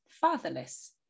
fatherless